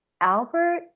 Albert